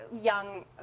young